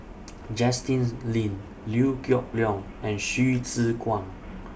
Justin Lean Liew Geok Leong and Hsu Tse Kwang